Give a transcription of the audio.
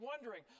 wondering